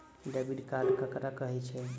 Debit card ककरा कहै छै?